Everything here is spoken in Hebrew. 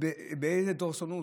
ובאיזה דורסנות,